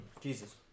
Jesus